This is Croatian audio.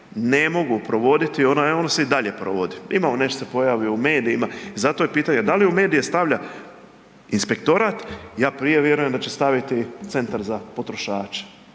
ne mogu provoditi? Ono se i dalje provodi. Imamo nešto se pojavi i u medijima i zato je pitanje da li u medije stavlja inspektorat, ja prije vjerujem da će staviti centar za potrošače.